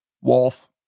Wolf